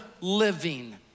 living